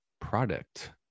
product